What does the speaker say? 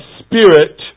spirit